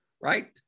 Right